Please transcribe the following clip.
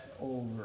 over